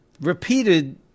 repeated